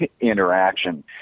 interaction